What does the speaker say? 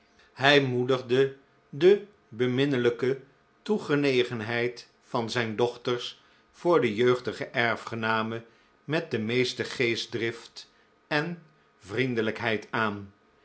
hij moedigde de beminnelijke toegenegeno o heid van zijn dochters voor de jeugdige erfgename met de meeste geestdrift en so oaoqaqo vriendelijkheid aan